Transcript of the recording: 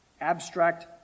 abstract